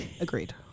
Agreed